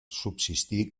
subsistir